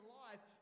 life